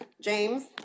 James